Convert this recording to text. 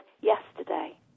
yesterday